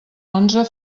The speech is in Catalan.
onze